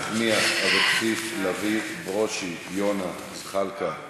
נחמיאס, אבקסיס, לביא, ברושי, יונה, זחאלקה,